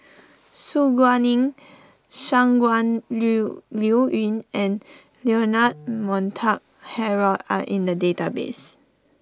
Su Guaning Shangguan Liuliuyun and Leonard Montague Harrod are in the database